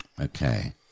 Okay